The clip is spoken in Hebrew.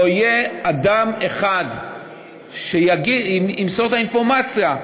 לא יהיה אדם אחד שימסור את האינפורמציה,